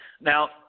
Now